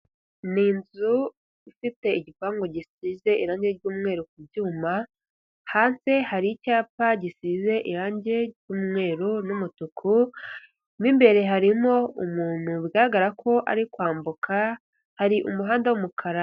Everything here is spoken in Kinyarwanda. Ni inzu ifite igipangu gisize irangi ry'umweru ku byuma, hanze hari icyapa gisize irangi ry'umweru n'umutuku, mo imbere harimo umuntu, bigaragara ko ari kwambuka, hari umuhanda w'umukara.